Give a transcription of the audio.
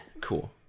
cool